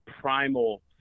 primal